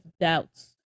doubts